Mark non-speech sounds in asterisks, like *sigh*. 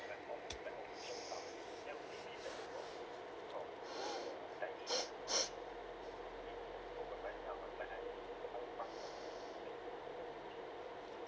*breath*